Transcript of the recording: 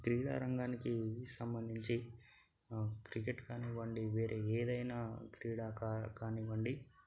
క్రీడారంగానికి సంబంధించి క్రికెట్ కానివ్వండి వేరే ఏదైనా క్రీడ కానీ కానివ్వండి